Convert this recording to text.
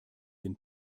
den